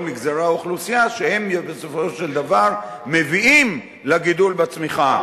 מגזרי האוכלוסייה שהם בסופו של דבר מביאים לגידול בצמיחה.